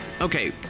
okay